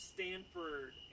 Stanford